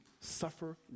suffer